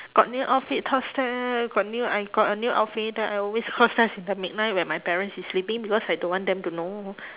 got new outfit cos test got new I got a new outfit then I always cos test in the midnight when my parents is sleeping because I don't want them to know